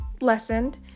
lessened